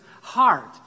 heart